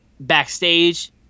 backstage